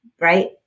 Right